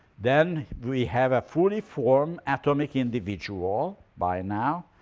then we have a fully formed atomic individual by now,